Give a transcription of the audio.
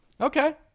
Okay